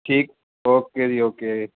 ਠੀਕ ਓਕੇ ਜੀ ਓਕੇ